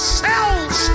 cells